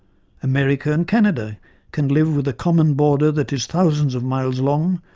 america and canada can live with a common border that is thousands of miles long,